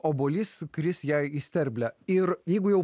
obuolys kris jai į sterblę ir jeigu jau